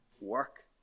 work